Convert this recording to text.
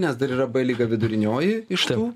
nes dar yra b lyga vidurinioji iš tų